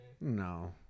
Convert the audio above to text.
No